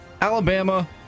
Alabama